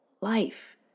life